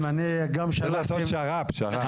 אני שואל אותך שאלה משפטית עכשיו.